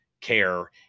care